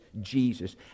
Jesus